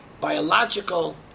biological